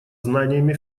знаниями